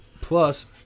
plus